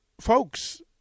folks